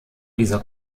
dieser